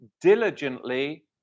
diligently